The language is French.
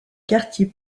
quartier